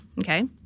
Okay